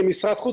כמשרד חוץ,